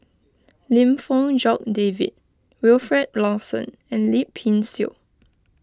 Lim Fong Jock David Wilfed Lawson and Lip Pin Xiu